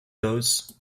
those